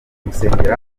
gusengera